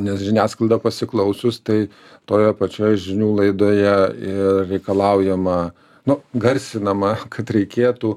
nes žiniasklaidą pasiklausius tai toje pačioje žinių laidoje ir reikalaujama nu garsinama kad reikėtų